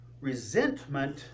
resentment